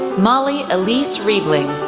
molly elise riebling,